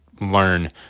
learn